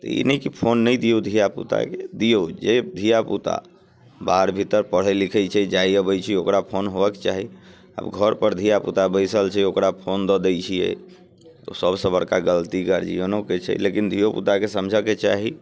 तऽ ई नहि कि फोन नहि दियौ धियापुताके दियौ जे धियापुता बाहर भीतर पढ़ैत लिखैत छै जाइत अबैत छै ओकरा फोन होवऽ के चाही आब घरपर धियापुता बैसल छै ओकरा फोन दऽ दैत छियै तऽ सभसँ बड़का गलती गार्जियनोके छै लेकिन धियोपुताके समझकेय चाही